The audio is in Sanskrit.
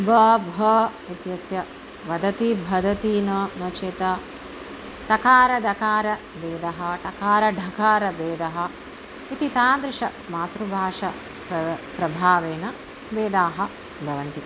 व भ इत्यस्य वदति भदति न नोचेत् तकार दकारभेदः टकार ढकारभेदः इति तादृश मातृभाषा प्र प्रभावेन भेदाः भवन्ति